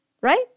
right